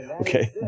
Okay